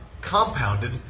compounded